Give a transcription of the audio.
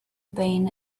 pain